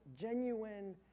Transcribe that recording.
genuine